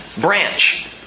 Branch